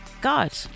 God